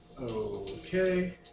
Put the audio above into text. Okay